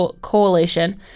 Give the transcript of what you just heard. Coalition